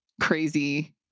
crazy